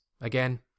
Again